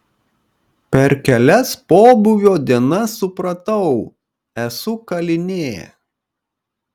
per kelias pobūvio dienas supratau esu kalinė